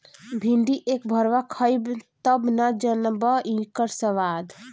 भिन्डी एक भरवा खइब तब न जनबअ इकर स्वाद